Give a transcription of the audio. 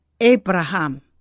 Abraham